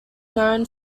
known